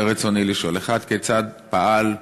רצוני לשאול: 1. כיצד פעל,